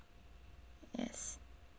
yes